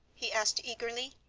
he asked eagerly.